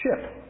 ship